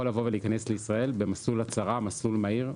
להיכנס לישראל במסלול של הצהרה מסלול מהיר.